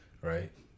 right